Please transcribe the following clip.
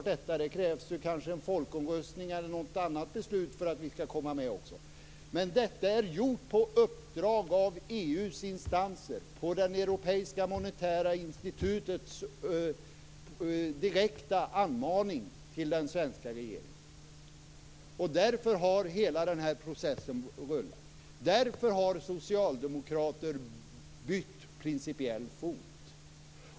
Det krävs kanske också en folkomröstning eller något annat för att vi skall komma med, men detta är gjort på uppdrag av EU:s instanser och efter det europeiska monetära institutets direkta anmaning till den svenska regeringen. Därför har hela den här processen rullat på. Därför har socialdemokrater principiellt bytt fot.